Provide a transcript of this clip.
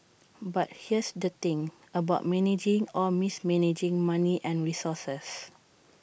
but here's the thing about managing or mismanaging money and resources